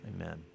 Amen